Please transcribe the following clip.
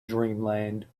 dreamland